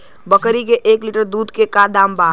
बकरी के एक लीटर दूध के का दाम बा?